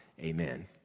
amen